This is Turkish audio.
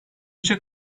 üçe